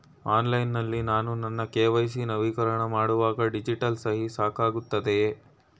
Online ನಲ್ಲಿ ನಾನು ನನ್ನ ಕೆ.ವೈ.ಸಿ ನವೀಕರಣ ಮಾಡುವಾಗ ಡಿಜಿಟಲ್ ಸಹಿ ಸಾಕಾಗುತ್ತದೆಯೇ?